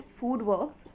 Foodworks